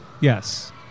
Yes